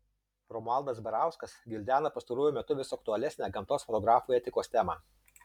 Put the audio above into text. romualdas barauskas gvildena pastaruoju metu vis aktualesnę gamtos fotografų etikos temą